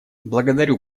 благодарю